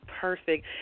perfect